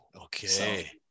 Okay